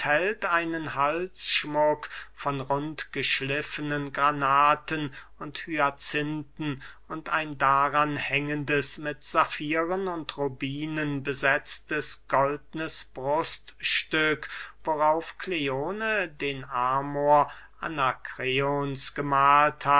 einen halsschmuck von rundgeschliffnen granaten und hyacinthen und ein daran hängendes mit saffieren und rubinen besetztes goldnes bruststück worauf kleone den amor anakreons gemahlt